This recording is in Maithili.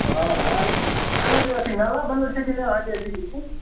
अच्छा हँ हँ आ ई ई कहलहुँ जे अथी नाला बनल छै कि नहि अहाँकऽ अथी लऽ